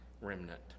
remnant